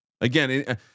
again